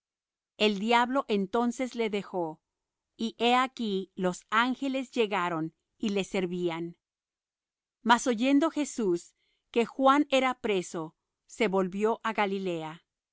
el diablo entonces le dejó y he aquí los ángeles llegaron y le servían mas oyendo jesús que juan era preso se volvió á galilea